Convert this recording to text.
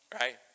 right